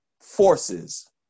forces